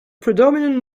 predominant